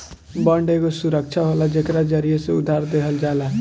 bond एगो सुरक्षा होला जेकरा जरिया से उधार देहल जाला